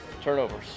turnovers